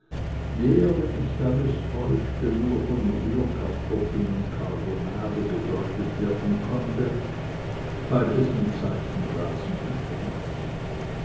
der wenn nicht alles täuschte nur auf rührkartoffeln und carbonade gedeutet werden konnte beides mit seifenwrasen untermischt